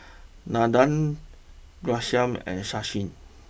Nandan Ghanshyam and Sachin